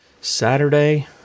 Saturday